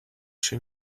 czy